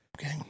Okay